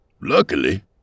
Luckily